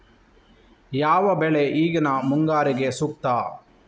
ಯಾವ ಬೆಳೆ ಈಗಿನ ಮುಂಗಾರಿಗೆ ಸೂಕ್ತ?